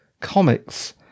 comics